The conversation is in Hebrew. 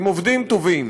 עם עובדים טובים,